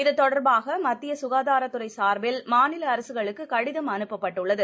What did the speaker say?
இது தொடர்பாக மத்திய சுகாதாரத்துறை சார்பில் மாநில அரசுகளுக்கு கடிதம் அனுப்பப்பட்டுள்ளது